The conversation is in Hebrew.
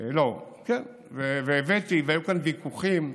היו כאן ויכוחים,